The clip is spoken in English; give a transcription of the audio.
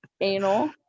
anal